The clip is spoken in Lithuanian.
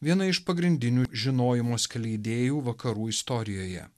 viena iš pagrindinių žinojimo skleidėjų vakarų istorijoje